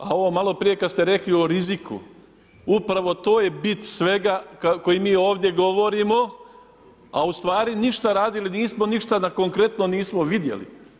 A ovo malo prije kada ste rekli o riziku, upravo to je bit svega koji mi ovdje govorimo, a u stvari ništa radili nismo, ništa konkretno nismo vidjeli.